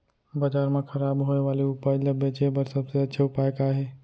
बाजार मा खराब होय वाले उपज ला बेचे बर सबसे अच्छा उपाय का हे?